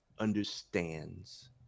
understands